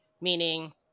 meaning